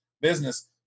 business